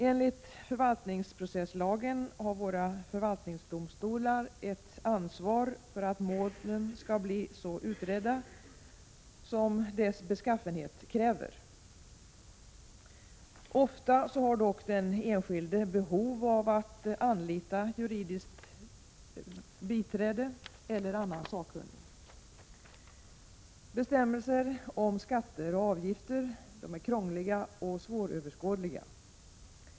Enligt förvaltningsprocesslagen har våra förvaltningsdomstolar ett ansvar för att målen blir så utredda som deras beskaffenhet kräver. Ofta har dock den enskilde behov av att anlita juridiskt biträde eller annan sakkunnig. Bestämmelser om skatter och avgifter är krångliga och svåröverskådliga.